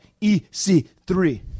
EC3